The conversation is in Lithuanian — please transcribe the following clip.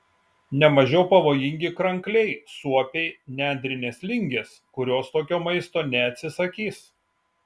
ne mažiau pavojingi krankliai suopiai nendrinės lingės kurios tokio maisto neatsisakys